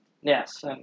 Yes